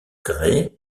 grès